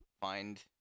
find